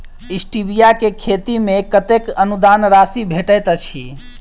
Stevia केँ खेती मे कतेक अनुदान राशि भेटैत अछि?